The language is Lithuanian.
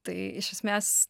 tai iš esmės